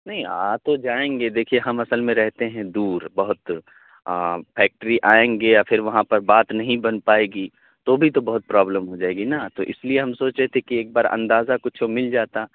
نہیں آ تو جائیں گے دیکھیے ہم اصل میں رہتے ہیں دور بہت فیکٹری آئیں گے یا پھر وہاں پر بات نہیں بن پائے گی تو بھی تو بہت پرابلم ہو جائے گی نا تو اس لیے ہم سوچے تھے کہ ایک بار اندازہ کچھ تو مل جاتا